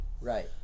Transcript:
Right